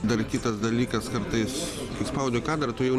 dar kitas dalykas kartais nuspaudi kadrą tu jau